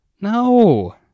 No